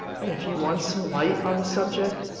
and if you want some light on the subject,